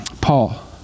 Paul